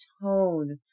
tone